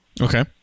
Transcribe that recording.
Okay